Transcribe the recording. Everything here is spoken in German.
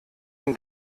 ihn